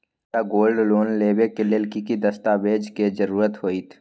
हमरा gold loan लेबे के लेल कि कि दस्ताबेज के जरूरत होयेत?